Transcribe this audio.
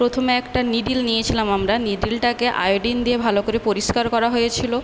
প্রথমে একটা নিডল নিয়েছিলাম আমরা নিডলটাকে আয়োডিন দিয়ে ভালো করে পরিষ্কার করা হয়েছিল